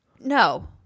No